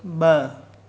ब॒